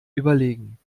überlegen